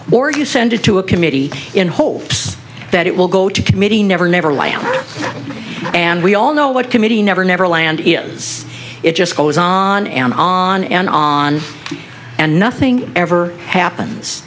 or you send it to a committee in hopes that it will go to committee never neverland and we all know what committee never neverland is it just goes on and on and on and nothing ever happens